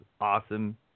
awesome